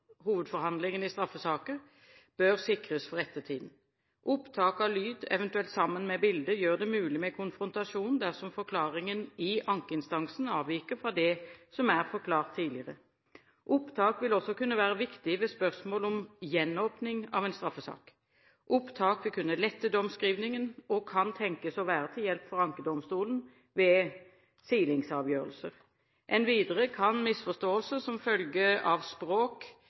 hovedforhandlingen i straffesaker bør sikres for ettertiden. Opptak av lyd, eventuelt sammen med bilde, gjør det mulig med konfrontasjon dersom forklaringen i ankeinstansen avviker fra det som er forklart tidligere. Opptak vil også kunne være viktig ved spørsmål om gjenåpning av en straffesak. Opptak vil kunne lette domsskrivingen, og kan tenkes å være til hjelp for ankedomstolen ved silingsavgjørelser. Enn videre kan misforståelser som følge av språk-